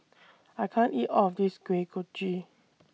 I can't eat of This Kuih Kochi